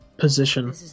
position